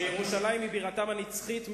שירושלים היא בירתם הנצחית,